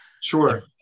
Sure